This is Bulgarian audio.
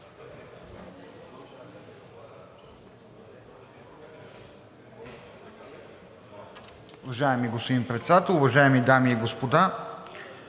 Уважаеми господин Председател, уважаеми дами и господа!